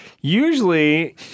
usually